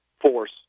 force